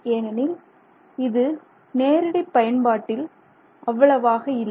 ஏனெனில் இது நேரடி பயன்பாட்டில் அவ்வளவாக இல்லை